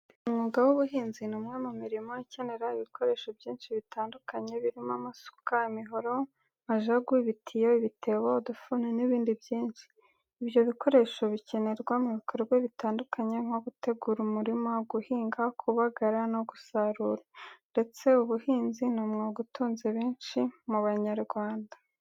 Umwuga w’ubuhinzi ni umwe mu mirimo ikenera ibikoresho byinshi bitandukanye, birimo amasuka, imihoro, majagu, ibitiyo, ibitebo, udufuni n’ibindi byinshi. Ibyo bikoresho bikenerwa mu bikorwa bitandukanye, nko gutegura umurima, guhinga, kubagara no gusarura. Ndetse, ubuhinzi ni umwuga utunze benshi mu Banyarwanda.